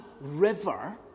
river